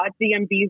DMVs